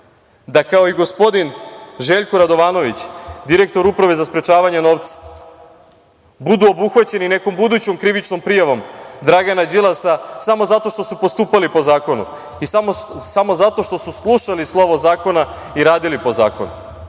da kao i gospodin Željko Radovanović, direktor Uprave za sprečavanje pranja novca, budu obuhvaćeni nekom budućom krivičnom prijavom Dragana Đilasa samo zato što su postupali po zakonu i samo zato što su slušali slovo zakona i radili po zakonu.